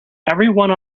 everyone